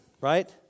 right